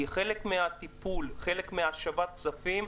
כי חלק מהטיפול, חלק מהשבת הכספים,